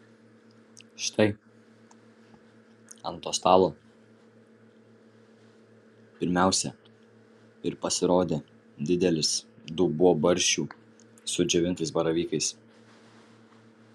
štai ant to stalo pirmiausia ir pasirodė didelis dubuo barščių su džiovintais baravykais